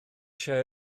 eisiau